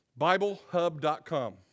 Biblehub.com